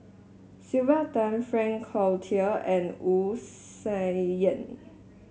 Sylvia Tan Frank Cloutier and Wu Tsai Yen